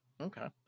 Okay